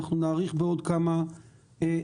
אנחנו נאריך בעוד כמה דקות.